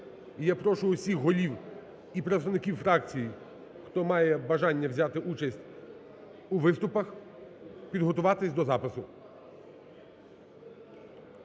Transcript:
я прошу усіх голів і представників фракцій, хто має бажання взяти участь у виступах підготуватись до запису.